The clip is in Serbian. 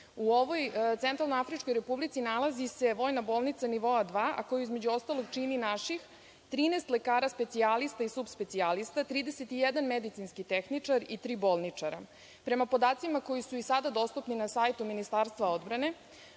UN u Centralnoafričkoj Republici. U njoj se nalazi vojna bolnica nivoa dva, a koju između ostalog čini naših 13 lekara specijalista i subspecijalista i 31 medicinski tehničar i tri bolničara. Prema podacima koji su i sada dostupni na sajtu Ministarstva odbrane